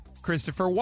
Christopher